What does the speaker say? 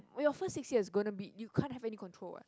wait your first six years is going to be you can't have any control what